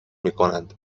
میکنند